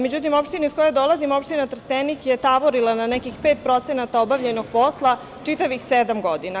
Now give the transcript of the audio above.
Međutim, opština iz koje dolazim, opština Trstenik, je tavorila nekih 5% obavljenog posla čitavih sedam godina.